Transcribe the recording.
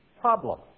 problem